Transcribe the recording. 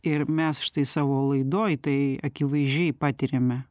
ir mes štai savo laidoj tai akivaizdžiai patiriame